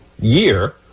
year